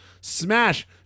smash